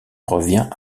revient